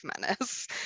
menace